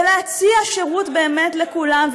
ולהציע שירות באמת לכולם,